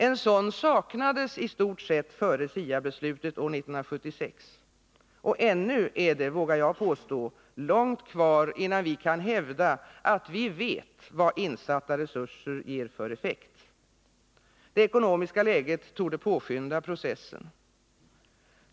En sådan saknades i stort sett före SIA-beslutet år 1976, och ännu är det, vågar jag påstå, långt kvar innan vi kan hävda att vi vet vad insatta resurser ger för effekt. Det ekonomiska läget torde påskynda processen.